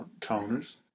counters